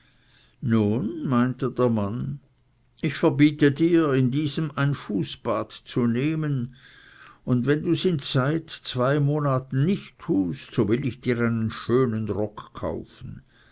nun meinte der mann ich verbiete dir in diesem ein fußbad zu nehmen und wenn du's in zeit zwei monaten nicht tust so will ich dir einen schönen rock kaufen